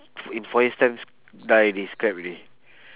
in four years time die already scrap already